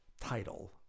title